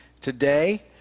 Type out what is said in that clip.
today